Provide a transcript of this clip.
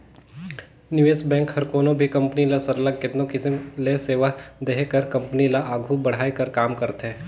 निवेस बेंक हर कोनो भी कंपनी ल सरलग केतनो किसिम ले सेवा देहे कर कंपनी ल आघु बढ़ाए कर काम करथे